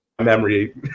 memory